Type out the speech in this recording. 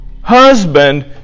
husband